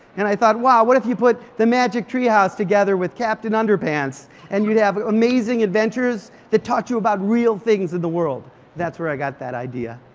and i thought wow, what if you put the magic treehouse together with captain underpants and you'd have amazing adventures that taught you about real things in the world. and that's where i got that idea.